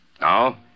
Now